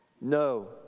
No